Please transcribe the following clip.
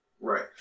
Right